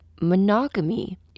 monogamy